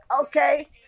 okay